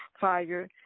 fire